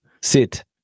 sit